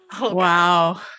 Wow